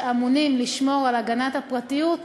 שאמונים לשמור על הגנת הפרטיות,